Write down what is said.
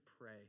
pray